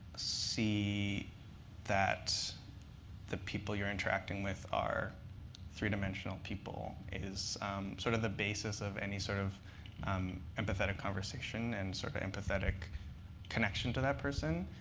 see that the people you're interacting with are three-dimensional people is sort of the basis of any sort of um empathetic conversation and sort of empathetic connection to that person.